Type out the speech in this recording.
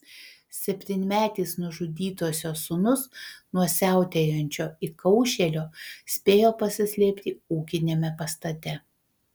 septynmetis nužudytosios sūnus nuo siautėjančio įkaušėlio spėjo pasislėpti ūkiniame pastate